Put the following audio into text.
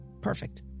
Perfect